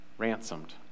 ransomed